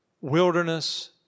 wilderness